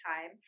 time